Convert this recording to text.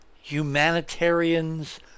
humanitarians